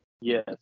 Yes